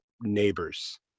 neighbors